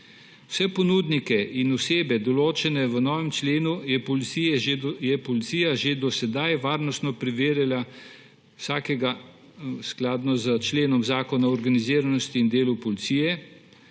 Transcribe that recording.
Vse ponudnike in osebe, določene v novem členu, je policija že do sedaj varnostno preverjala, vsakega skladno s členom Zakona o organiziranosti in delu v policiji.